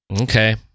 Okay